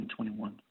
2021